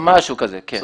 משהו כזה, כן.